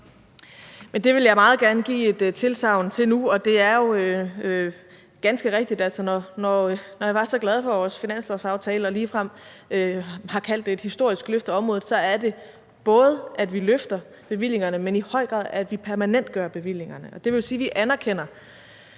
Det vil jeg meget gerne give et tilsagn om nu. Og når jeg var så glad for vores finanslovsaftale og ligefrem har kaldt det et historisk løft af området, så er det både det, at vi løfter bevillingerne, men i høj grad at vi permanentgør bevillingerne. Og det vil jo sige, at vi anerkender,